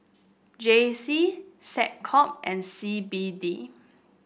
J C SecCom and C B D